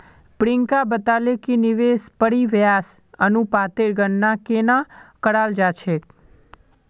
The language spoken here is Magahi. प्रियंका बताले कि निवेश परिव्यास अनुपातेर गणना केन न कराल जा छेक